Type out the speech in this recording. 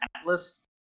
Atlas